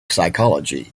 psychology